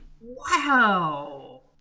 Wow